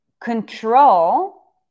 control